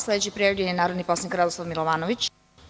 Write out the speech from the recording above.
Sledeći prijavljeni je narodni poslanik Radoslav Milovanović.